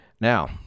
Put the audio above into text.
Now